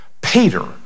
Peter